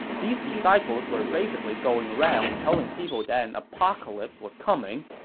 these disciples were basically going around telling people that an apocalypse was coming.